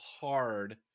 hard